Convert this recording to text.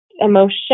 emotion